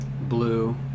Blue